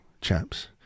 chaps